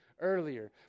earlier